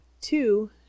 two